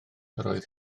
oedd